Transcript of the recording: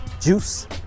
juice